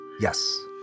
Yes